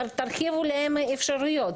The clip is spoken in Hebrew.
תרחיבו להם אפשרויות.